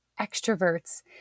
extroverts